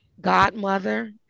Godmother